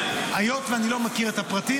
היות שאני לא מכיר את הפרטים,